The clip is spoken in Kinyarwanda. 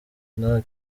intore